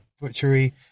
butchery